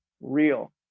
real